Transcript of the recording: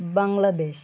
Bangladesh